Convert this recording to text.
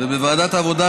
בוועדת העבודה,